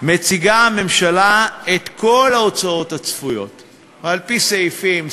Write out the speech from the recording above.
מציגה הממשלה את כל ההוצאות הצפויות על-פי סעיפים,